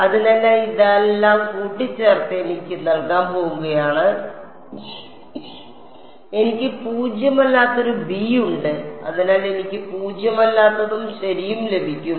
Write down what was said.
അതിനാൽ ഇതെല്ലാം കൂട്ടിച്ചേർത്ത് എനിക്ക് നൽകാൻ പോകുകയാണ് എനിക്ക് പൂജ്യമല്ലാത്ത ഒരു ബി ഉണ്ട് അതിനാൽ എനിക്ക് പൂജ്യമല്ലാത്തതും ശരിയും ലഭിക്കും